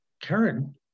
Karen